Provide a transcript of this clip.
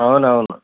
అవునవును